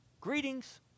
greetings